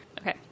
Okay